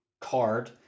card